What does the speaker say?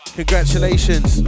Congratulations